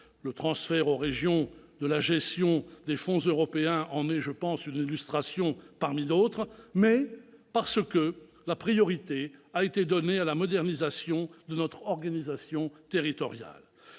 le transfert aux régions de la gestion des fonds européens en est une illustration parmi d'autres -, mais parce que la priorité a été donnée à la modernisation de notre organisation territoriale.